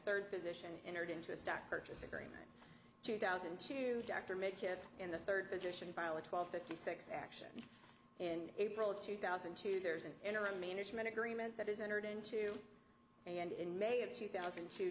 third position entered into a stock purchase agreement two thousand and two dr make it in the third position power twelve fifty six action in april two thousand and two there's an interim management agreement that is entered into and in may of two thousand